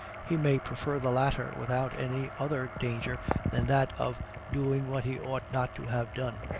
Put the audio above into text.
he may prefer the latter without any other danger than that of doing what he ought not to have done,